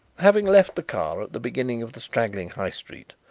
having left the car at the beginning of the straggling high street,